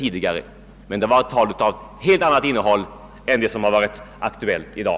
Men det har varit tal av ett helt annat innehåll än det som är aktuellt i dag.